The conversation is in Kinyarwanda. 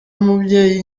umubyeyi